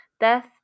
death